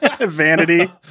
Vanity